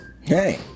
Hey